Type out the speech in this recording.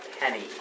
penny